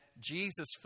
Jesus